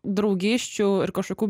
draugysčių ir kažkokių